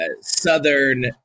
Southern